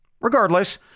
Regardless